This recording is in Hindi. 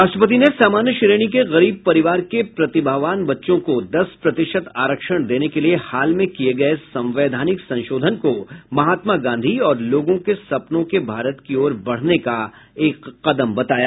राष्ट्रपति ने सामान्य श्रेणी के गरीब परिवार के प्रतिभावान बच्चों को दस प्रतिशत आरक्षण देने के लिए हाल में किये गये संवैधानिक संशोधन को महात्मा गांधी और लोगों के सपनों के भारत की ओर बढ़ने का एक कदम बताया